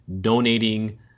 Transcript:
donating